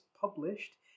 published